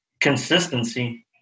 consistency